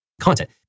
content